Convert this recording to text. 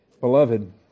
Beloved